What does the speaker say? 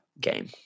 Game